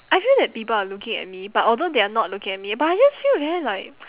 I feel that people are looking at me but although they are not looking at me but I just feel very like